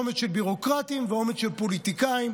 אומץ של ביורוקרטיים ואומץ של פוליטיקאים,